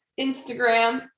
Instagram